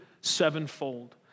sevenfold